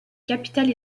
capitale